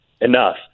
enough